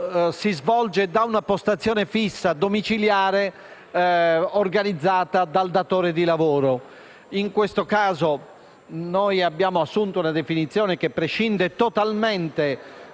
si svolge da una postazione fissa, domiciliare, organizzata dal datore di lavoro. In questo caso, abbiamo assunto una definizione che prescinde totalmente dal